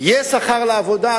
יהיה שכר לעבודה,